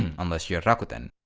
unless you're rakuten